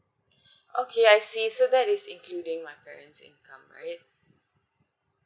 okay I see so that is including my parent's income right